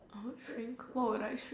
I would shrink what would I shrink